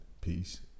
Peace